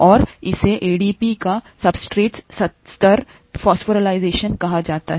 और इसे एडीपी का सब्सट्रेट स्तर फॉस्फोराइलेशन कहा जाता है